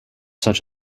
such